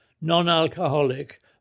non-alcoholic